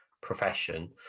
profession